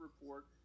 report